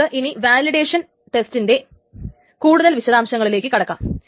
നമുക്ക് ഇനി വാലിഡേഷൻ ടെസ്റ്റിന്റെ കൂടുതൽ വിശദാംശങ്ങളിലേക്ക് കടക്കാം